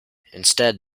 instead